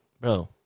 Bro